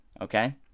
okay